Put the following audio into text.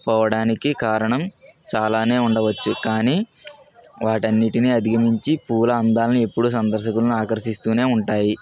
పోవడానికి కారణం చాలానే ఉండవచ్చు కానీ వాటన్నింటినీ అధిగమించి పూల అందాలని ఎప్పుడూ సందర్శకులను ఆకర్షిస్తూనే ఉంటాయి